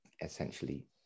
essentially